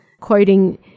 quoting